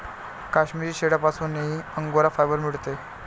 काश्मिरी शेळ्यांपासूनही angora fibre मिळते